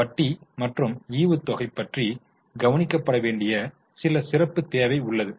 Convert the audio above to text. வட்டி மற்றும் ஈவுத்தொகை பற்றி கவனிக்க பட வேண்டிய சில சிறப்பு தேவை உள்ளது